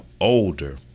older